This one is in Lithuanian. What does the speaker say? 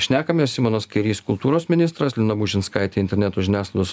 šnekamės simonas kairys kultūros ministras lina bušinskaitė interneto žiniasklaidos